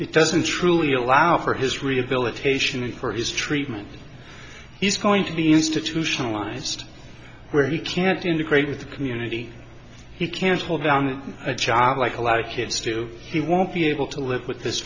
it doesn't truly allow for his rehabilitation and for his treatment he's going to be institutionalized where he can't integrate with the community he can't hold down a job like a lot of kids do he won't be able to live with this